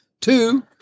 Two